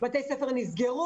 בתי הספר נסגרו,